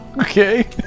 Okay